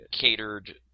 catered